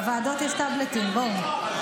בוועדות יש טאבלטים, בואו.